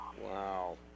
Wow